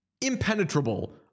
impenetrable